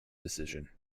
decision